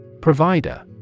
Provider